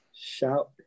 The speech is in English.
shout